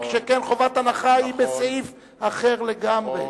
שכן חובת הנחה היא בסעיף אחר לגמרי,